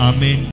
Amen